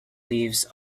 leaves